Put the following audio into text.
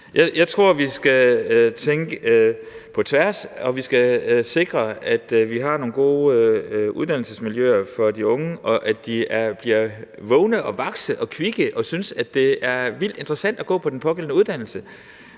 Jeg tror, vi skal tænke på tværs, og vi skal sikre, at vi har nogle gode uddannelsesmiljøer for de unge, og at de bliver vågne og vakse og kvikke og synes, at det er vildt interessant at gå på den pågældende uddannelse.